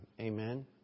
Amen